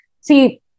see